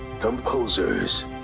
composers